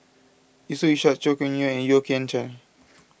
Yusof Ishak Chua Kim Yeow and Yeo Kian Chai